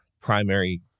primary